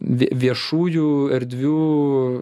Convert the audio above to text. viešųjų erdvių